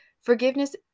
forgiveness